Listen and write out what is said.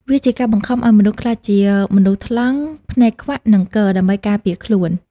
វាជាការបង្ខំឱ្យមនុស្សក្លាយជាមនុស្សថ្លង់ ភ្នែកខ្វាក់ និងគ ដើម្បីការពារខ្លួន។